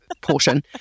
portion